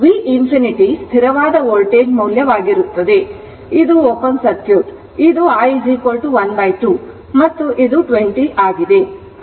v infinity ಸ್ಥಿರವಾದ voltage ಮೌಲ್ಯವಾಗಿರುತ್ತದೆ ಇದು ಓಪನ್ ಸರ್ಕ್ಯೂಟ್ ಇದು i ½ ಮತ್ತು ಇದು 20 ಆಗಿದೆ